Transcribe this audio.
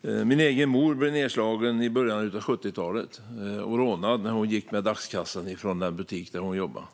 Min mor blev nedslagen och rånad i början av 70-talet när hon gick med dagskassan från den butik där hon jobbade.